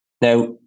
Now